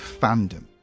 fandom